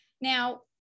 Now